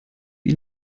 wie